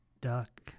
Duck